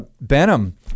Benham